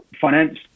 finance